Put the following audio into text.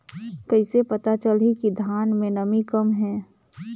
कइसे पता चलही कि धान मे नमी कम हे?